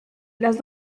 las